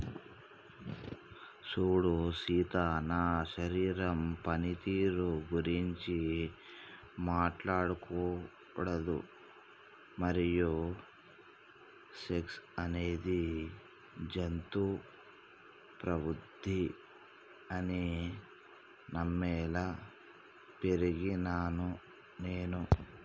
సూడు సీత నా శరీరం పనితీరు గురించి మాట్లాడకూడదు మరియు సెక్స్ అనేది జంతు ప్రవుద్ది అని నమ్మేలా పెరిగినాను నేను